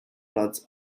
floods